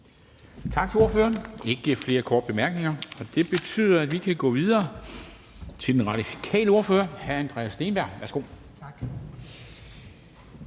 Tak til ordføreren. Der er ikke flere korte bemærkninger, og det betyder, at vi kan gå videre til den radikale ordfører, hr. Andreas Steenberg. Værsgo. Kl.